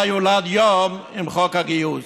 מה יולד יום עם חוק הגיוס.